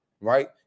right